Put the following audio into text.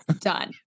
done